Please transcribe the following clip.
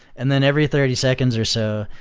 and then, every thirty seconds or so,